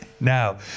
Now